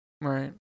right